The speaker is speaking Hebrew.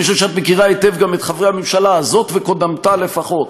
אני חושב שאת מכירה היטב גם את חברי הממשלה הזאת וקודמתה לפחות,